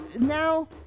now